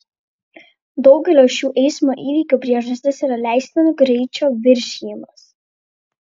daugelio šių eismo įvykių priežastis yra leistino greičio viršijimas